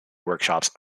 workshops